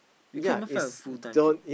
we can't even find a full time job